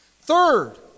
Third